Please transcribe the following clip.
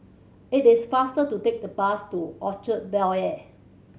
it is faster to take the bus to Orchard Bel Air